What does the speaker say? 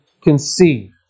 conceive